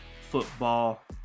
football